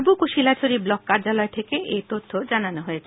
করবুক ও শিলাছড়ি ব্লক কার্যালয় থেকে এই তথ্য জানানো হয়েছে